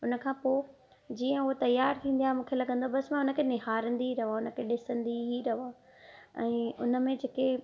उन खां पोइ जीअं उहो तयारु थींदी आहे मूंखे लॻंदो आहे बसि मां हुन खे निहारंदी रहियां हुन खे ॾिसंदी ई रहियां ऐं उन में जेके